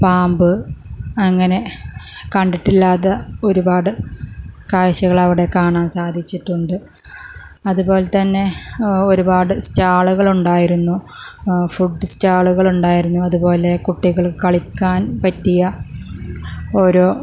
പാമ്പ് അങ്ങനെ കണ്ടിട്ടില്ലാത്ത ഒരുപാട് കാഴ്ചകൾ അവിടെ കാണാൻ സാധിച്ചിട്ടുണ്ട് അതുപോലെ തന്നെ ഒരുപാട് സ്റ്റാളുകൾ ഉണ്ടായിരുന്നു ഫുഡ് സ്റ്റാളുകൾ ഉണ്ടായിരുന്നു അതുപോലെ കുട്ടികൾ കളിക്കാൻ പറ്റിയ ഒരോ